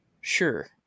sure